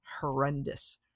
horrendous